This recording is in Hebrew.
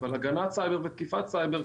אבל הגנת סייבר ותקיפת סייבר,